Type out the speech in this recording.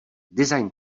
design